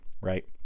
right